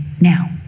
now